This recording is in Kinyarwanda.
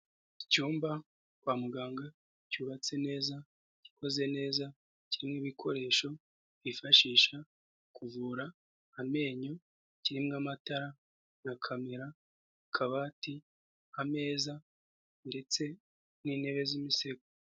Icyumba kwa muganga cyubatse neza, gikoze neza, kirimo ibikoresho bifashisha mu kuvura amenyo, kirimo amatara na kamera, akabati, ameza ndetse n'intebe z'imisego.